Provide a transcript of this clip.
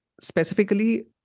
specifically